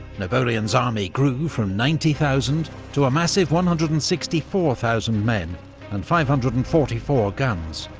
napoleon's army grew from ninety thousand to a massive one hundred and sixty four thousand men and five hundred and forty four guns,